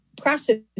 process